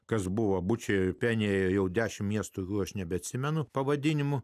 kas buvo bučiai penėjo jau dešim miestų o aš nebeatsimenu pavadinimu